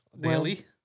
Daily